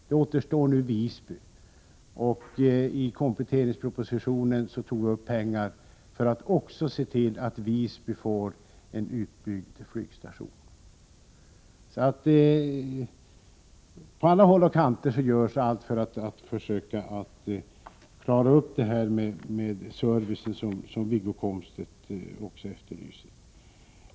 Visby återstår, och i kompletteringspropositionen har regeringen avsatt pengar för att se till att också Visby flygstation byggs ut. På alla håll och kanter gör man allt för att servicen skall fungera — vilket Wiggo Komstedt efterlyser.